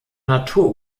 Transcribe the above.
natur